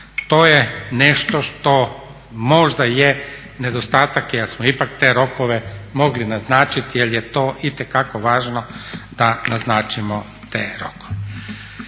To je nešto što možda je nedostatak jer smo ipak te rokove mogli naznačiti jer je to itekako važno da naznačimo te rokove.